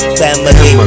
family